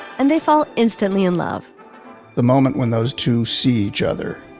and they fall instantly in love the moment when those two see each other.